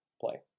play